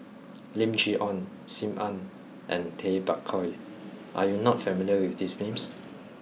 Lim Chee Onn Sim Ann and Tay Bak Koi are you not familiar with these names